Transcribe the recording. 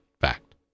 fact